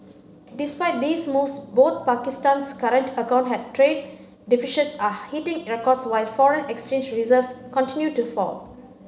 despite these moves both Pakistan's current account and trade deficits are hitting records while foreign exchange reserves continue to fall